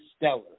stellar